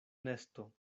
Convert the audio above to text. nesto